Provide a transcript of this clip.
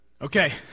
Okay